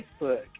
Facebook